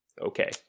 Okay